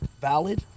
valid